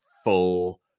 Full